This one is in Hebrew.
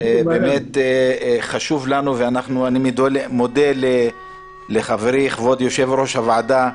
חשוב לנו ואני מודה לחברי, כבוד יושב-ראש הוועדה,